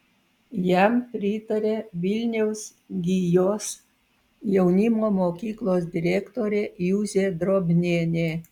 jam pritaria vilniaus gijos jaunimo mokyklos direktorė juzė drobnienė